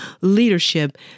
leadership